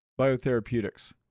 Biotherapeutics